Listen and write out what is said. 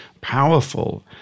powerful